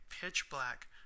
pitch-black